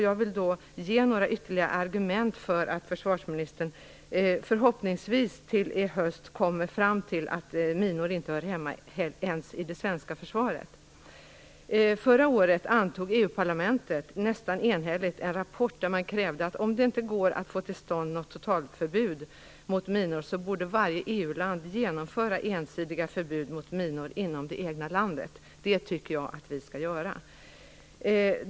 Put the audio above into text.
Jag vill då ge några ytterligare argument så att försvarsministern, förhoppningsvis till i höst, skall komma fram till att minor inte hör hemma ens i det svenska försvaret. Förra året antog EU-parlamentet nästan enhälligt en rapport där man slog fast att om det inte går att få till stånd något totalförbud mot minor borde varje EU-land genomföra ensidiga förbud mot minor inom det egna landet. Det tycker jag att vi skall göra.